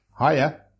Hiya